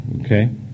Okay